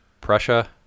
Prussia